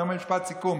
אני אומר משפט סיכום.